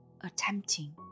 attempting